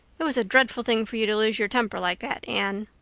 it was a dreadful thing for you to lose your temper like that, anne.